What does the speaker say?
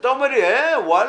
כשאתה אומר לי: וואלה,